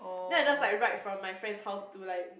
then I just like ride from my friend's house to like